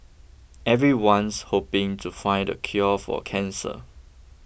everyone's hoping to find the cure for cancer